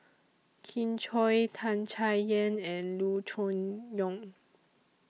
Kin Chui Tan Chay Yan and Loo Choon Yong